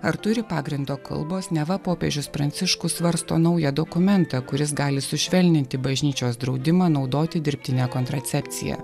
ar turi pagrindo kalbos neva popiežius pranciškus svarsto naują dokumentą kuris gali sušvelninti bažnyčios draudimą naudoti dirbtinę kontracepciją